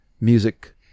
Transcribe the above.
music